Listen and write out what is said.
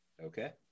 okay